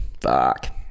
fuck